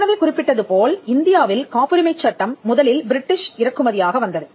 ஏற்கனவே குறிப்பிட்டது போல் இந்தியாவில் காப்புரிமைச் சட்டம் முதலில் பிரிட்டிஷ் இறக்குமதி ஆக வந்தது